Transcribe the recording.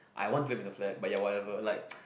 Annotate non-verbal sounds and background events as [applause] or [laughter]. I want to be in the flat but ya whatever like [noise]